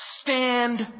stand